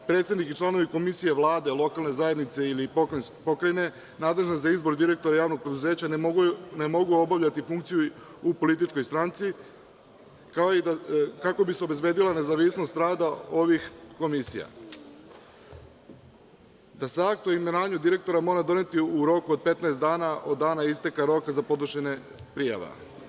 Predsednik i članovi komisije, Vlade, lokalne zajednice ili pokrajine nadležni za izbor direktora javnog preduzeća ne mogu obavljati funkciju u političkoj stranci, kako bi se obezbedilo nezavisnost rada ovih komisija, da se akt o imenovanju direktora mora doneti u roku od 15 dana od dana isteka roka za podnošenje prijava.